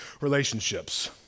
relationships